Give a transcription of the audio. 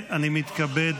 אני מתכבד